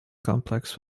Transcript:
complex